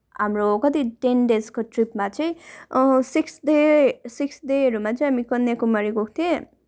हाम्रो कति टेन डेजको ट्रिपमा चाहिँ सिक्स डे सिक्स डेहरूमा चाहिँ हामी कन्याकुमारी गएको थियौँ